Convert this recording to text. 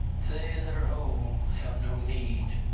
they that are whole have no need